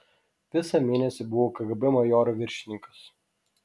visą mėnesį buvau kgb majoro viršininkas